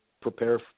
prepare